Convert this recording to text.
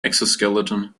exoskeleton